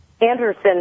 Anderson